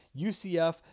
UCF